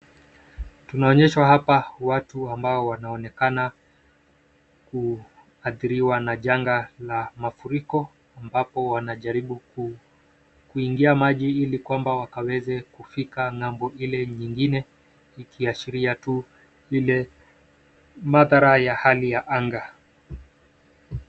Tunaonyeshwa hapa watu ambao wanaonekana kuadhiriwa na janga la mafuriko ambapo wanajaribu kuingia maji ili kwamba wakaweze kufika ng'ambo ile nyingine ikiashiria tu ile madhara ya hali ya anga.